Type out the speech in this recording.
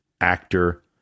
actor